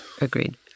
Agreed